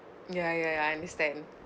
ya ya ya I understand